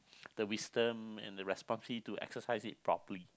the wisdom and the responsibility to exercise it properly